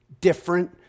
different